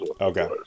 Okay